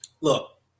Look